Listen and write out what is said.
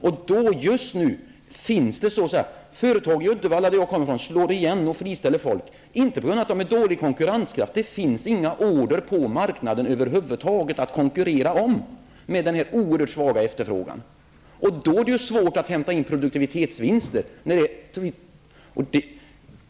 I Uddevalla, som jag kommer från, slår företag just nu igen och friställer folk, inte på grund av att konkurrenskraften är dålig utan på grund av att det inte finns några order över huvud taget på marknaden att konkurrera om när efterfrågan är så oerhört svag. Då är det svårt att hämta in produktivitetsvinster.